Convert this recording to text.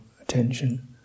attention